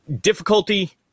difficulty